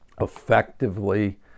effectively